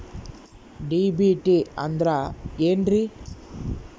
DBT ಅಂದ್ರ ಏನ್ರಿ?